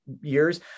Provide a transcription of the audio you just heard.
years